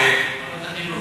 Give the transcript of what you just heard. ועדת החינוך.